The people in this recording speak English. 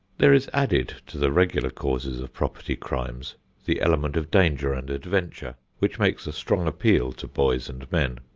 there is added to the regular causes of property crimes the element of danger and adventure which makes a strong appeal to boys and men.